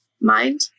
mind